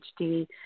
HD